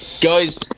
Guys